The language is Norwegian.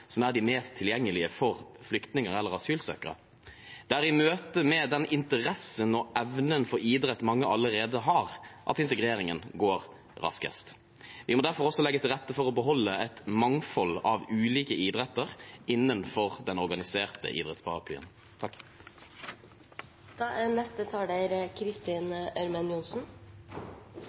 er de mest tilgjengelige for flyktninger eller asylsøkere. Det er i møte med den interessen og evnen for idrett mange allerede har, at integreringen går raskest. Vi må derfor også legge til rette for å beholde et mangfold av ulike idretter innenfor den organiserte idrettsparaplyen.